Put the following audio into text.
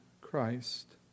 Christ